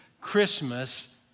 Christmas